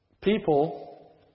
People